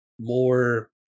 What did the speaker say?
more